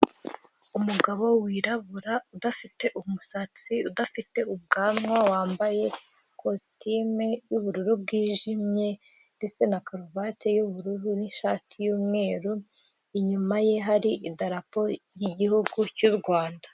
umugabo wirabura udafite umusatsi, udafite ubwanwa wambaye ikositimu y'ubururu bwijimye ndetse na karuvati y'ubururu n'ishati y'umweru, inyuma ye hari idarapo ry'igihugu cy'u Rwanda.